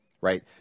right